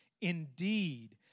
indeed